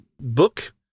book